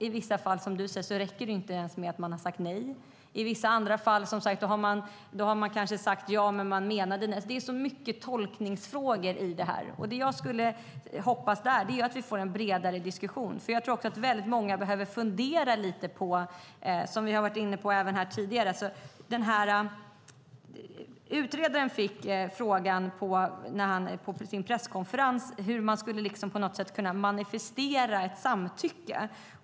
I vissa fall räcker det inte ens med att man har sagt nej, som Agneta Börjesson säger. I vissa fall kanske man har sagt ja men menade nej. Det finns så många tolkningsfrågor i detta. Jag hoppas att vi ska kunna få en bredare diskussion. Jag tror att många behöver fundera lite på detta, som vi har varit inne på tidigare. Utredaren fick på presskonferensen frågan om hur man på något sätt skulle kunna manifestera ett samtycke.